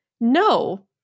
No